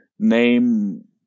name